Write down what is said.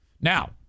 Now